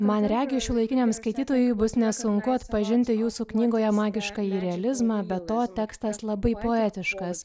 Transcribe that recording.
man regis šiuolaikiniam skaitytojui bus nesunku atpažinti jūsų knygoje magiškąjį realizmą be to tekstas labai poetiškas